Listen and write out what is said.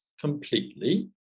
completely